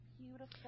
beautiful